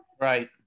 right